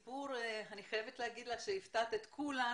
אני חייבת לומר לך שהפתעת את כולנו.